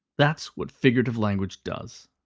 that's what figurative language does.